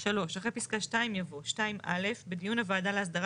3. אחרי פסקה 2 יבוא 2 (א') בדיון הוועדה להסדרה